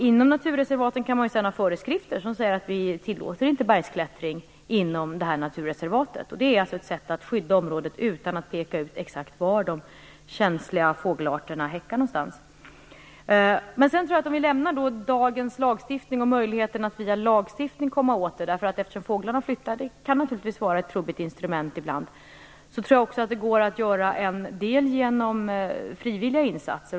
Inom naturreservaten kan man sedan ha föreskrifter som säger att bergsklättring inte är tillåten inom ett naturreservat. Det är ett sätt att skydda området, utan att exakt peka ut var känsliga fågelarter häckar. Om vi lämnar dagens lagstiftning och möjligheterna att via lagstiftning komma åt detta - fåglarna flyttar ju, så det här kan ibland vara ett trubbigt instrument - tror jag att en del kan göras genom frivilliga insatser.